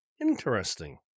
interesting